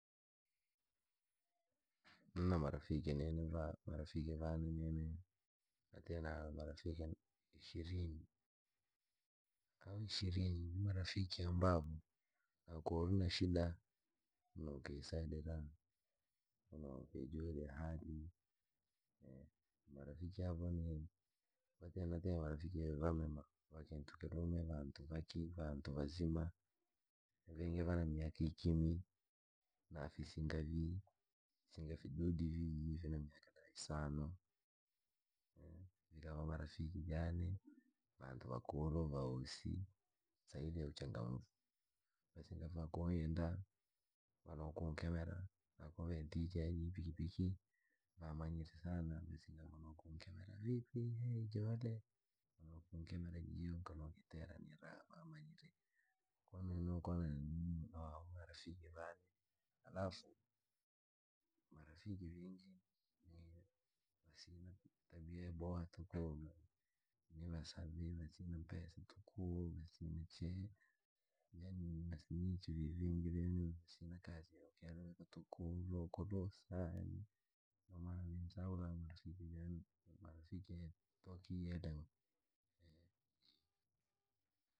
Nini nina marafiki vamema sana, natite marafiki ishirini aho ishirini ni marafiki ambavo na koo unashidano kisaidira kujiliana hali, natite marafiki vamema vantu valume, vantu vaki vantu vazima vingi vana miakaikimi ba fisinga vii fina miaka isano no marafiki jaane. Viingi vaantu vazima vaosi, vinjenda kwasababu ya uchangamfu, vanokunkemera na ko ve notija yani pikipiki vamanyire sana ukatera jolee. Vakemera jio nokiteta raha. Alafu marafiki kii viingi vasina tabia yaboha ni vasavi vasina mpesa, ko kusina ohee, masinichi. vii vasina kaziyakeleweka tuuku, vokuhusa no mana ni nsaula marafiki wooyenda navo.